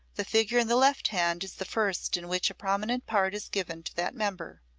the figure in the left hand is the first in which a prominent part is given to that member.